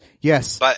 yes